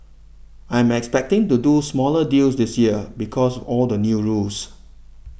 I'm expecting to do smaller deals this year because all the new rules